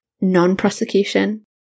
non-prosecution